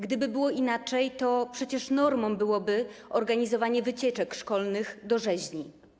Gdyby było inaczej, to przecież normą byłoby organizowanie wycieczek szkolnych do rzeźni.